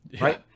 right